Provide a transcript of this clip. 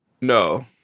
No